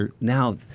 now